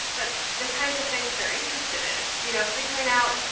but the kinds of things they're interested in you know figuring out,